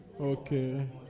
Okay